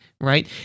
right